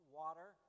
water